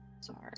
sorry